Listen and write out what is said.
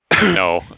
no